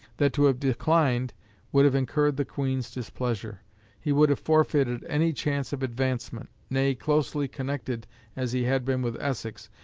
that to have declined would have incurred the queen's displeasure he would have forfeited any chance of advancement nay, closely connected as he had been with essex,